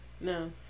no